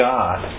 God